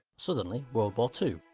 suddenly, world war two.